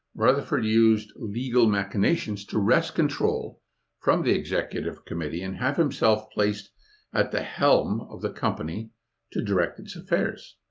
rutherford used legal machinations to wrest control from the executive committee and have himself placed at the helm of the company to direct its affairs.